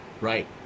right